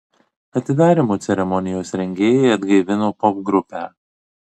atidarymo ceremonijos rengėjai atgaivino popgrupę